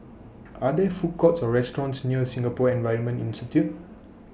Are There Food Courts Or restaurants near Singapore Environment Institute